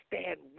stand